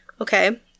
Okay